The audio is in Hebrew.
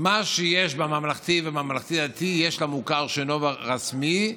שמה שיש בממלכתי ובממלכתי-דתי יש למוכר שאינו רשמי.